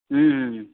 हुँ हुंँ